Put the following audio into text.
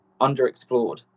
underexplored